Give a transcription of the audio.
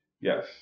Yes